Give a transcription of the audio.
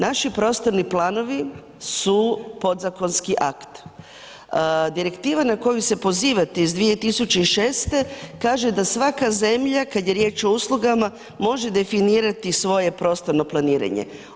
Naši prostorni planovi su podzakonski akt, direktiva na koju se pozivate iz 2006. kaže da svaka zemlja kada je riječ o uslugama može definirati svoje prostorno planiranje.